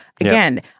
again